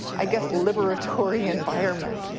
i guess, liberatory environment.